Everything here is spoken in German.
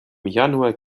januar